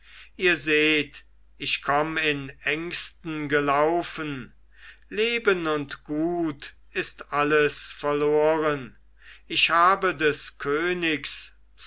ihr seht ich komm in ängsten gelaufen leben und gut ist alles verloren ich habe des königs